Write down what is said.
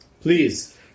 Please